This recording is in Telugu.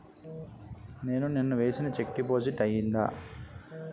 నేను నిన్న వేసిన చెక్ డిపాజిట్ అయిందా?